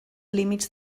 límits